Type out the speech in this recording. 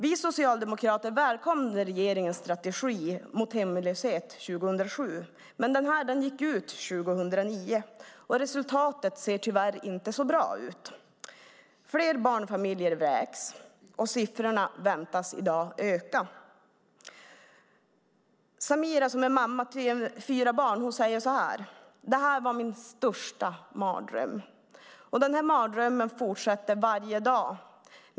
Vi socialdemokrater välkomnade regeringens strategi mot hemlöshet 2007, men den gick ut 2009. Resultatet ser tyvärr inte så bra ut. Fler barnfamiljer vräks, och siffrorna väntas i dag öka. Samira som är mamma till fyra barn säger så här: Det här var min största mardröm, och den här mardrömmen fortsätter varje dag.